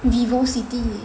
Vivocity